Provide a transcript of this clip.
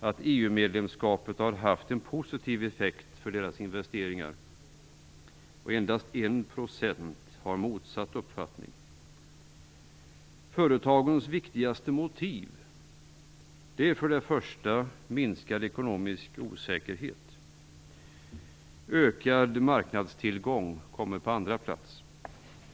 att EU-medlemskapet har haft en positiv effekt för deras investeringar, och endast 1 % har motsatt uppfattning. Företagens viktigaste motiv är minskad ekonomisk osäkerhet. Ökad marknadstillgång kommer på andra plats.